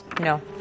No